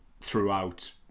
throughout